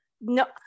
No